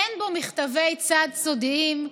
אין בו מכתבי צד סודיים,